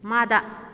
ꯃꯥꯗ